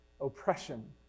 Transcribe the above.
oppression